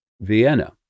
Vienna